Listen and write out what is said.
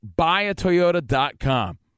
BuyAToyota.com